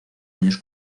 años